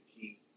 key